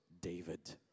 David